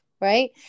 right